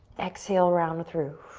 exhale, round through.